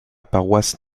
paroisse